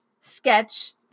sketch